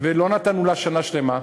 ולא נתנו לה שנה שלמה,